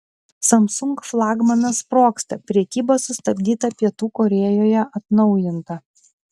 samsung flagmanas sprogsta prekyba sustabdyta pietų korėjoje atnaujinta